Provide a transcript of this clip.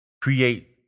create